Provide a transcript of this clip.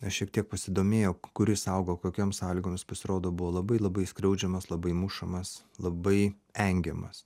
aš šiek tiek pasidomėjau kur jis augo kokiom sąlygom pasirodo buvo labai labai skriaudžiamas labai mušamas labai engiamas